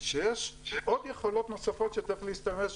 שיש עוד יכולות נוספות שצריך להשתמש בהן,